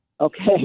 Okay